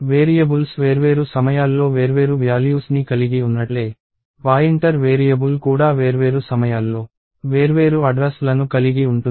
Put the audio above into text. variables వేర్వేరు సమయాల్లో వేర్వేరు వ్యాల్యూస్ ని కలిగి ఉన్నట్లే పాయింటర్ వేరియబుల్ కూడా వేర్వేరు సమయాల్లో వేర్వేరు అడ్రస్ లను కలిగి ఉంటుంది